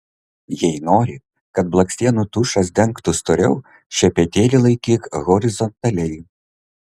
jei nori kad blakstienų tušas dengtų storiau šepetėlį laikyk horizontaliai